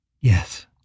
Yes